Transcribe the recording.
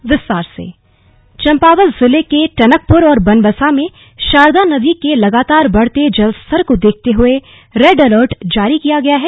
बरसात चम्पावत जिले के टनकपुर और बनबसा में शारदा नदी के लगातार बढते जलस्तर को देखते हुए रेड अर्लट जारी किया गया है